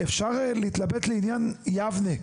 אפשר להתלבט לעניין יבנה.